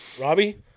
Robbie